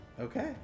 Okay